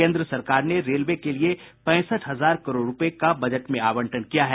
केन्द्र सरकार ने रेलवे के लिए पैंसठ हजार करोड़ रुपये का बजट में आवंटन किया है